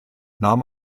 nahm